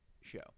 show